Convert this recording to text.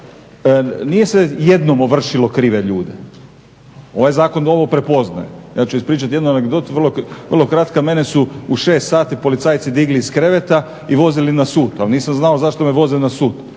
nije se jednom ovršilo krive ljude, ovaj zakon ovo prepoznaje. Ja ću ispričati jednu anegdotu, vrlo kratka, mene su u 6 sati policajci digli iz kreveta i vozili na sud a nisam znao zašto me voze na sud.